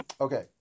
Okay